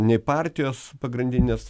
nei partijos pagrindinės